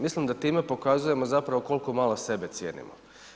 Mislim da time pokazujemo zapravo koliko malo sebe cijenimo.